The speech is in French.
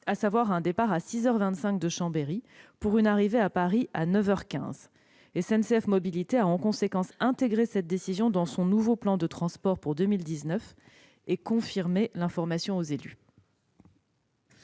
à savoir un départ à 6 heures 25 de Chambéry pour une arrivée à Paris à 9 heures 15. SNCF Mobilités a en conséquence intégré cette décision dans son nouveau plan de transport pour 2019 et confirmé l'information aux élus.